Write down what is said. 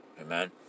Amen